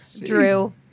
Drew